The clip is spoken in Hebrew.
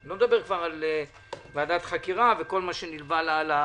אני כבר לא מדבר על ועדת חקירה וכל מה שנלווה לנושא.